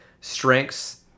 strengths